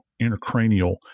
intracranial